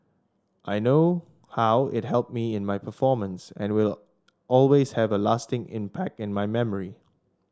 I know how it helped me in my performance and will always have a lasting impact in my memory